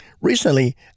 Recently